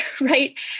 Right